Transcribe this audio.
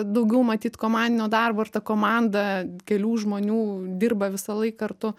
daugiau matyt komandinio darbo ir ta komanda kelių žmonių dirba visą laiką ar tu